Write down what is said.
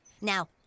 Now